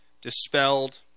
dispelled